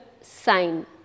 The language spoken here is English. sign